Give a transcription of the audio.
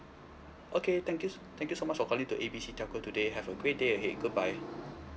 okay thank you thank you so much for calling to A B C telco today have a great day ahead goodbye